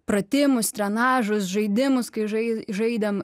pratimus drenažas žaidimus kai žaidėm